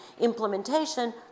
implementation